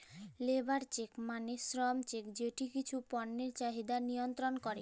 labour check মালে শ্রম check যেট কিছু পল্যের চাহিদা লিয়লত্রল ক্যরে